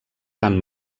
tant